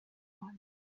one